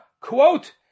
quote